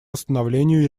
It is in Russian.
восстановлению